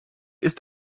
ist